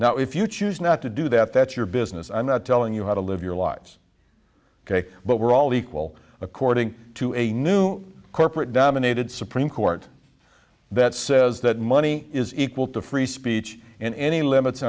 now if you choose not to do that that's your business i'm not telling you how to live your lives ok but we're all equal according to a new corporate dominated supreme court that says that money is equal to free speech and any limits